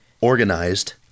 organized